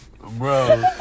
Bro